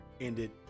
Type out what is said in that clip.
ended